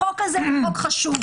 החוק הזה הוא חוק חשוב.